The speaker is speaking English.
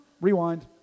rewind